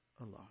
alone